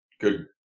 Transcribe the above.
good